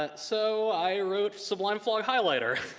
ah so i wrote sublime flog highlighter